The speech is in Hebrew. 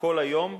כל היום,